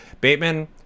Bateman